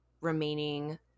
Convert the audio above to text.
remaining